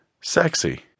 sexy